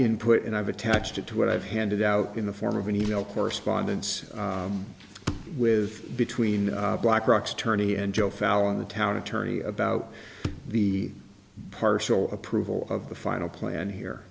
input and i've attached it to what i've handed out in the form of an email correspondence with between black rocks attorney and joe fallin the town attorney about the partial approval of the final plan here